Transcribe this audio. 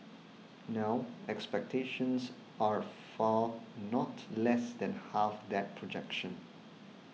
now expectations are for not less than half that projection